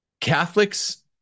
Catholics